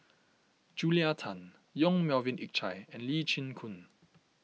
Julia Tan Yong Melvin Yik Chye and Lee Chin Koon